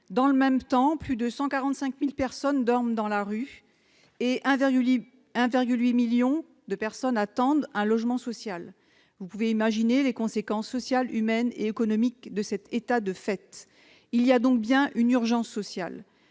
Dans le même temps, plus de 145 000 personnes dorment dans la rue et 1,8 million de personnes attendent un logement social. Vous pouvez imaginer les conséquences sociales, humaines et économiques de cet état de fait. Il y a donc bien une urgence sociale.